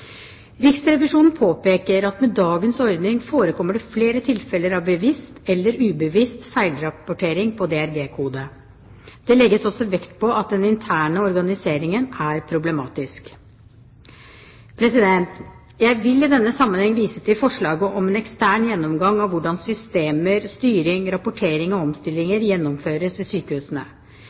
Riksrevisjonen påpeker at med dagens ordning forekommer det flere tilfeller av bevisst eller ubevisst feilrapportering av DRG-koder. Det legges også vekt på at den interne organiseringen er problematisk. Jeg vil i denne sammenheng vise til forslaget om en ekstern gjennomgang av hvordan systemer, styring, rapporteringer og omstillinger gjennomføres ved sykehusene.